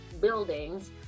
buildings